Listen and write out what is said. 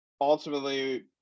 ultimately